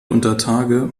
untertage